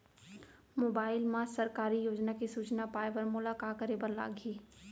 mobile मा सरकारी योजना के सूचना पाए बर मोला का करे बर लागही